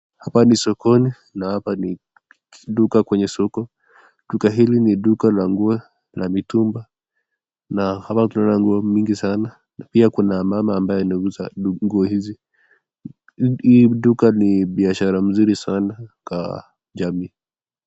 Hapa ni sokoni na hapa ni duka kwenye soko. Duka hili ni duka la nguo la mitumba, na hawa wakiwa na nguo nyingi sana na pia kuna mama ambaye anauza nguo hizi. Hii duka ni biashara ni nzuri sana kwa jamii.